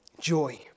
joy